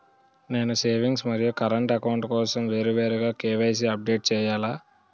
నేను సేవింగ్స్ మరియు current account కోసం వేరువేరుగా కే.వై.సీ అప్డేట్ చేయాలా?